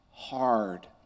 hard